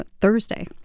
Thursday